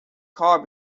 car